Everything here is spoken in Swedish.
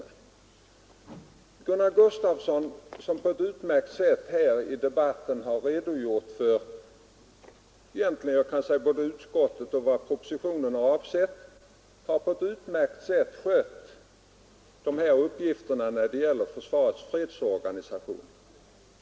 Herr Gunnar Gustafsson, som här i debatten har redogjort för både vad utskottet och propositionen avser, har på ett utmärkt sätt skött uppgifterna i försvarets fredsorganisationsutredning.